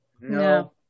No